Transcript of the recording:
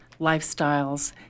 lifestyles